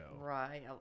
Right